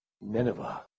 Nineveh